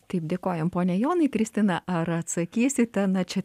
taip dėkojam pone jonai kristina ar atsakysite na čia